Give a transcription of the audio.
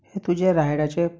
तुज्या रायडाचे